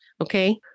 Okay